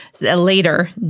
later